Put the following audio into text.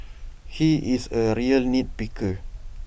he is A real nit picker